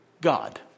God